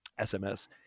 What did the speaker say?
SMS